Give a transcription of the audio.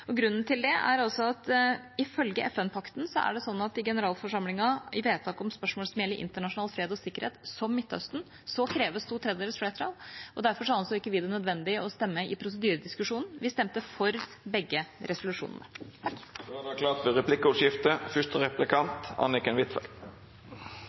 Grunnen til det er at det ifølge FN-pakten er slik at det i generalforsamlingen i vedtak som gjelder internasjonal fred og sikkerhet, som Midtøsten, kreves to tredjedels flertall. Derfor anså vi det ikke som nødvendig å stemme i prosedyrediskusjonen. Men vi stemte altså for begge resolusjonene.